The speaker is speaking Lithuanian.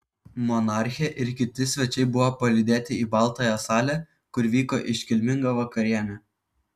monarchė ir kiti svečiai buvo palydėti į baltąją salę kur vyko iškilminga vakarienė